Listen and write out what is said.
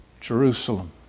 Jerusalem